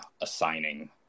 assigning